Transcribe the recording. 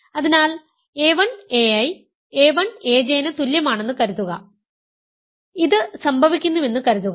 അതിനാൽ a1 ai a1 aj ന് തുല്യമാണെന്ന് കരുതുക ഇത് സംഭവിക്കുന്നുവെന്ന് കരുതുക